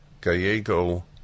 Gallego